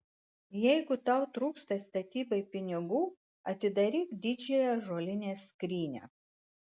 jeigu tau trūksta statybai pinigų atidaryk didžiąją ąžuolinę skrynią